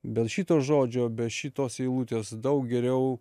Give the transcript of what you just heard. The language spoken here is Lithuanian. be šito žodžio be šitos eilutės daug geriau